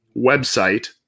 website